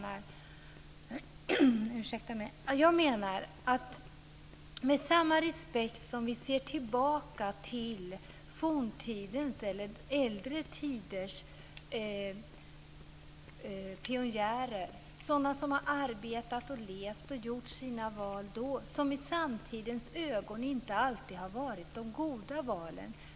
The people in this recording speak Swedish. Jag menar att det är med respekt som vi ser tillbaka på forntidens eller äldre tiders pionjärer, sådana som har arbetat, levt och gjort sina val. Det har inte alltid i samtidens ögon har varit de goda valen.